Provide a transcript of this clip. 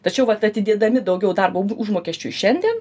tačiau vat atidėdami daugiau darbo užmokesčiui šiandien